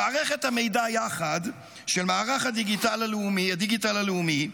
במערכת המידע "יחד" של מערך הדיגיטל הלאומי,